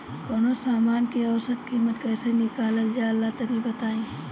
कवनो समान के औसत कीमत कैसे निकालल जा ला तनी बताई?